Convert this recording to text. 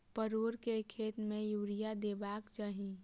परोर केँ खेत मे यूरिया देबाक चही?